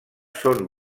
són